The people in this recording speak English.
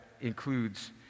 includes